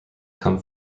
come